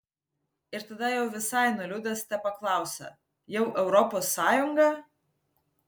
ir tada jau visai nuliūdęs tepaklausia jau europos sąjunga